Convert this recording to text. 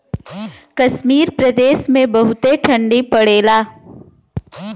कश्मीर प्रदेस मे बहुते ठंडी पड़ेला